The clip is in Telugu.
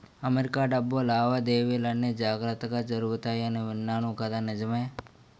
అమెరికా డబ్బు లావాదేవీలన్నీ జాగ్రత్తగా జరుగుతాయని విన్నాను కదా నిజమే